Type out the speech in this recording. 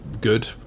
good